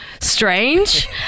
strange